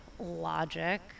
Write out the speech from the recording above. logic